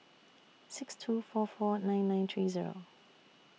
six two four four nine nine three Zero